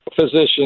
physician